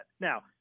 Now